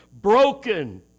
broken